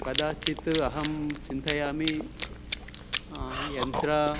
कदाचित् अहं चिन्तयामि यन्त्रं